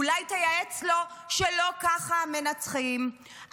אולי תייעץ לו שלא ככה מנצחים,